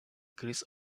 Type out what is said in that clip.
kriz